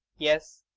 yes,